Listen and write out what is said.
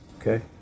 okay